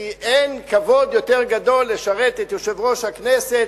כי אין כבוד יותר גדול מלשרת את יושב-ראש הכנסת